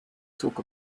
talk